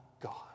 God